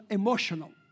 emotional